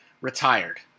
retired